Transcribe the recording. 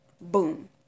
Boom